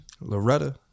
Loretta